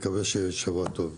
מקווה שיהיה שבוע טוב.